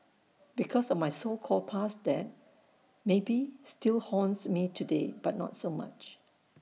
because of my so called past debt maybe still haunts me today but not so much